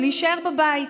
להישאר בבית,